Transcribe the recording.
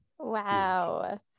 Wow